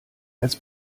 als